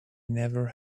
never